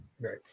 Right